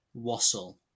Wassle